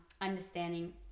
understanding